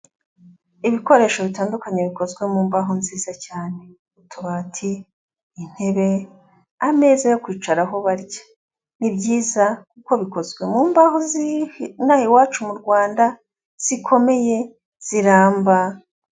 Ibikoresho bitandukanye bikozwe mu mbaho nziza cyane utubati, intebe, ameza yo kwicaraho barya ni byiza kuko bikozwe mu mbaho zinaha iwacu mu Rwanda zikomeye, ziramba,...